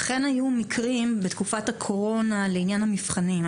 אכן היו מקרים בתקופת הקורונה בעניין המבחנים.